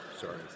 Sorry